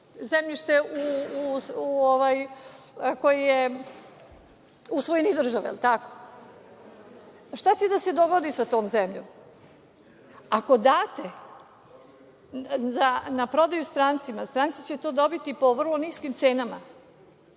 zemljište u svojini države, je li tako? Šta će da se dogodi sa tom zemljom? Ako date na prodaju strancima, stranci će to dobiti po vrlo niskim cenama,